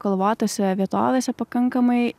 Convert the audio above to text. kalvotose vietovėse pakankamai